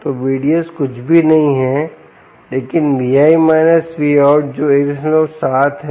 तो VDS कुछ भी नहीं है लेकिन Vi−VOUT जो 17 है